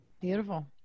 Beautiful